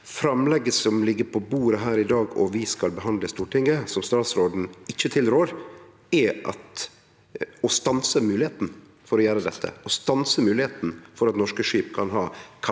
Framlegget som ligg på bordet her i dag, og som vi skal behandle i Stortinget, som statsråden ikkje tilrår, er å stanse moglegheita for å gjere dette, å stanse moglegheita for at norske skip kan ha kapteinar